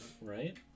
right